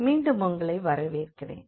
மீண்டும் உங்களை வரவேற்கிறேன்